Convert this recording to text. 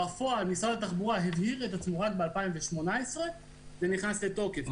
בפועל משרד התחבורה הבהיר את עצמו רק ב-2018 וזה נכנס לתוקף.